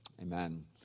amen